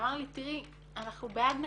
ואמר לי, תראי, אנחנו בעד נכים,